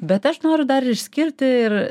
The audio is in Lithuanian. bet aš noriu dar išskirti ir